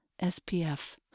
SPF